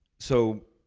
so,